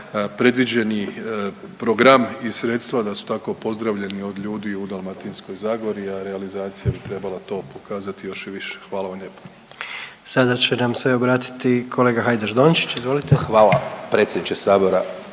predviđeni program i sredstva da su tako pozdravljeni od ljudi u Dalmatinskoj zagori, a realizacija bi trebala to pokazati još i više. Hvala vam lijepa. **Jandroković, Gordan (HDZ)** Sada će nam se obratiti kolega Hajdaš Dončić, izvolite. **Hajdaš